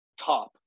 top